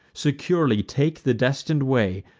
securely take the destin'd way,